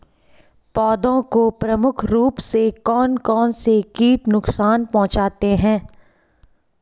पौधों को प्रमुख रूप से कौन कौन से कीट नुकसान पहुंचाते हैं?